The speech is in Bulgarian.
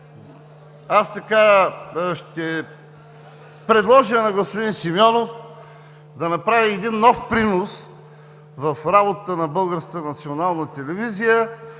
колеги, ще предложа на господин Симеонов да направи един нов принос в работата на